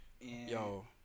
Yo